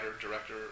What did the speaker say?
director